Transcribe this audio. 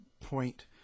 point